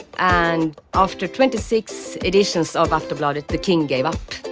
and after twenty six editions of aftonbladet, the king gave up.